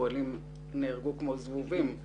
פועלים נהרגו כמו זבובים,